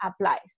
applies